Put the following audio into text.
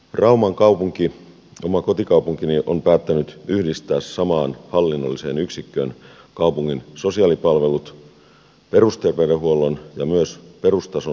rauman kaupunki oma kotikaupunkini on päättänyt yhdistää samaan hallinnolliseen yksikköön kaupungin sosiaalipalvelut perusterveydenhuollon ja myös perustason erikoissairaanhoidon